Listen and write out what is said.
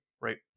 right